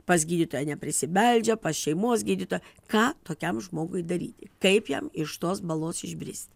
pas gydytoją neprisibeldžia pas šeimos gydytoją ką tokiam žmogui daryti kaip jam iš tos balos išbristi